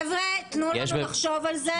תנו לנו לחשוב על זה.